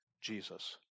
Jesus